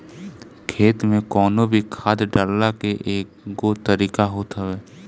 खेत में कवनो भी खाद डालला के एगो तरीका होत हवे